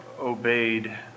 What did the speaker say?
Obeyed